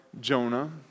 Jonah